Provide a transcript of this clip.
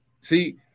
See